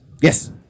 Yes